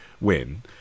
win